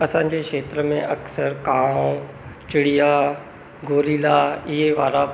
असांजे क्षेत्र में अक्सरि कांउ चिड़िया गोरीला इहे वारा